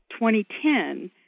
2010